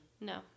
no